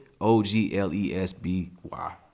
O-G-L-E-S-B-Y